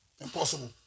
Impossible